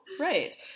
Right